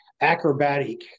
acrobatic